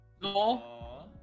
No